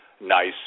nice